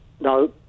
No